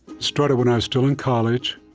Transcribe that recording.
started when i was still in college.